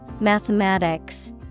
Mathematics